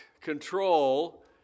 control